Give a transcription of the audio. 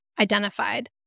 identified